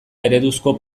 ereduzko